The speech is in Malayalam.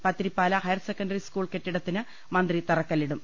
പത്തിരിപ്പാല ഹയർസെക്കറി സ്കൂൾ കെട്ടിടത്തിന് മന്ത്രി തറക്കല്ലിടും